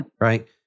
right